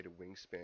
wingspan